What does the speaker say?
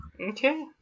okay